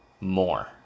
more